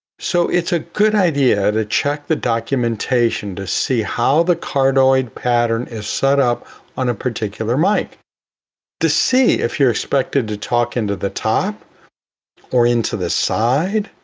so it's a good idea to check the documentation to see how the cardioid pattern is set up on a particular mic to see if you're expected to talk into the top or into the side,